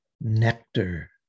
nectar